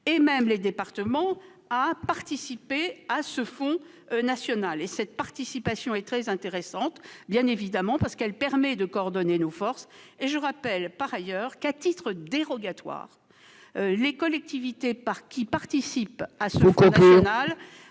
et même les départements à participer à ce fonds national. Cette participation est évidemment très intéressante, parce qu'elle permet de coordonner nos forces. Je rappelle par ailleurs qu'à titre dérogatoire les collectivités qui participent à ce fonds national ...